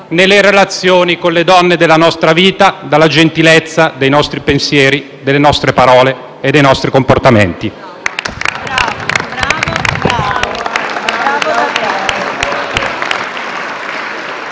dalle relazioni con le donne della nostra vita, dalla gentilezza dei nostri pensieri, delle nostre parole e dei nostri comportamenti.